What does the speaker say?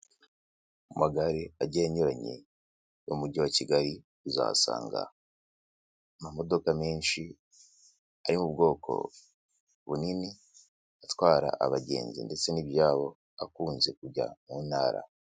Mu ma gare agiye anyuranye yo mujyi wa Kigali uzasanga ama modoka menshi ari mu bwoko bunini atwara abagenzi ndetse n'ibyabo akunze kujya muntara.